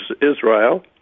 Israel